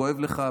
כואב לך?